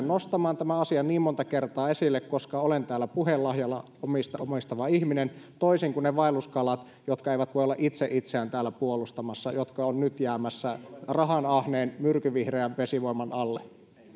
nostamaan tämän asian monta kertaa esille koska olen täällä puhelahjan omistava omistava ihminen toisin kuin vaelluskalat jotka eivät voi olla itse itseään täällä puolustamassa ja jotka ovat nyt jäämässä rahanahneen myrkynvihreän vesivoiman alle